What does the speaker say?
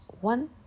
one